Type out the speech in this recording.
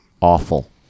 awful